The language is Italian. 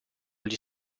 agli